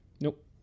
Nope